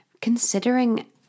considering